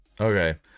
Okay